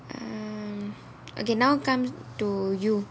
um okay now comes to you